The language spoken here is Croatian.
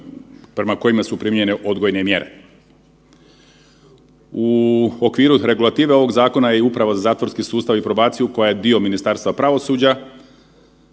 prema kojima su primijenjene odgojne mjere. U okviru regulative ovog zakona je i Uprava za zatvorski sustav i probaciju koja je dio Ministarstva pravosuđa.